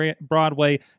Broadway